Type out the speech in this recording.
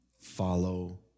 follow